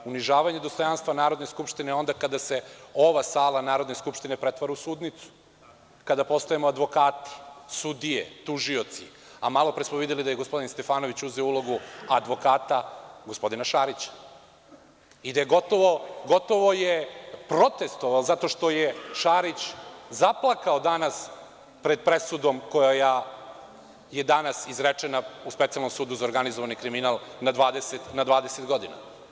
Unižavanje dostojanstva Narodne skupštine je onda kada se ova sala Narodne skupštine pretvori u sudnicu, kada postajemo advokati, sudije, tužioci, a malo pre smo videli da je gospodin Stefanović uzeo ulogu advokata gospodina Šarića i gotovo je protestvovao zato što je Šarić zaplakao danas pred presudom koja je danas izrečena u Specijalnom sudu za organizovani kriminal na 20 godina.